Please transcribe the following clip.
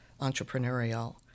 entrepreneurial